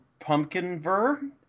Pumpkin-ver